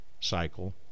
cycle